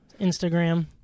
Instagram